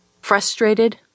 frustrated